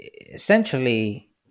essentially